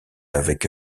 avec